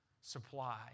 supply